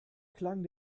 klang